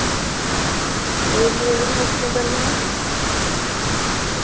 ఏమి లేదు ఎక్కువ ఉంటారు మేడమ్